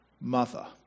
mother